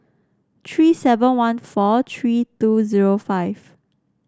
tree seven one four tree two zero five